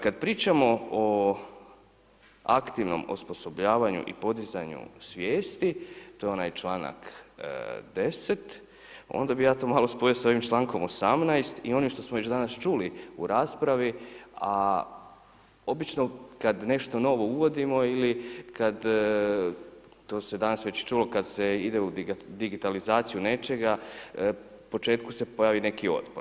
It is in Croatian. Kad pričamo o aktivnost osposobljavanju i podizanju svijesti, to je onaj članak 10., onda bi ja to malo spojio sa ovim člankom 18. i onim što smo već danas čuli u raspravi, obično kad nešto novo uvodimo ili kad to se danas već čulo, kad se ide u digitalizaciju nečega, u početku se pojavi neki otpor.